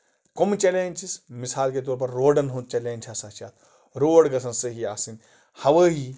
کم challenges چھِس مِثال کے طور پَر روڈَن ہُند چیلینج ہسا چھُ اَتھ روڈ گژھن صیٖحح آسٕنۍ ہَوٲیی